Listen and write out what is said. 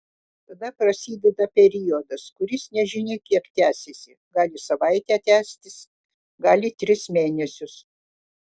tada prasideda periodas kuris nežinia kiek tęsiasi gali savaitę tęstis gali tris mėnesius